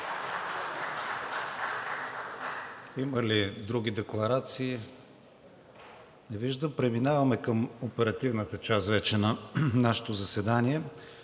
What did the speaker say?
Има ли други декларации? Не виждам. Преминаваме вече към оперативната част на нашето заседание.